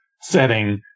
setting